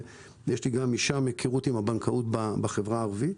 ויש לי גם משם הכרות עם הבנקאות בחברה הערבית.